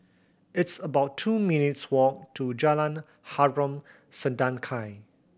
it's about two minutes' walk to Jalan Harom Setangkai